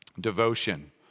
Devotion